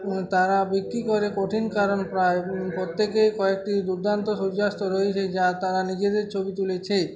তারা বিক্রি করে কঠিন কারণ প্রায় প্রত্যেকেই কয়েকটি দুর্দান্ত সূর্যাস্ত রয়েছে যা তারা নিজেদের ছবি তুলেছে